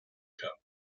cup